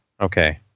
Okay